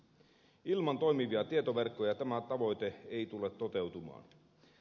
ilman toimivia tietoverkkoja tämä tavoite ei tule toteutumaan